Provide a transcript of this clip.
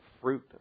fruit